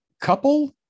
couple